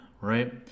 right